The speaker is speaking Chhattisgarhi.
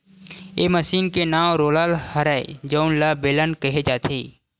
ए मसीन के नांव रोलर हरय जउन ल बेलन केहे जाथे